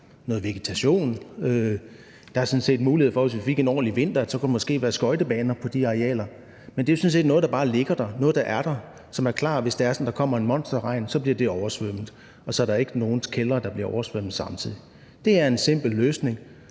noget vegetation, og der er sådan set mulighed for, hvis vi fik en ordentlig vinter, at der måske kunne være skøjtebaner på de arealer, men det er sådan set bare noget, der bare ligger der, noget, der er der, som er klar, hvis det er sådan, at der kommer en monsterregn, så er det det, der bliver oversvømmet, og så er der ikke nogen kældre, der bliver oversvømmet samtidig. Det er en simpel løsning.